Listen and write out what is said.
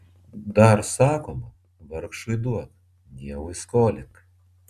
dar sakoma vargšui duok dievui skolink